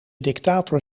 dictator